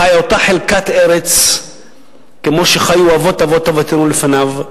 חי באותה חלקת ארץ כמו שחיו אבות אבות אבותינו לפניו.